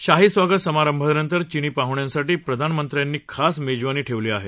शाही स्वागत समारंभानंतर चिनी पाह्ण्यांसाठी प्रधानमंत्र्यांनी खास मेजवानी ठेवली आहे